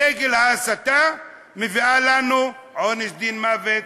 דגל ההסתה, מביאה לנו עונש מוות,